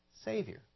Savior